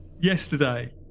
yesterday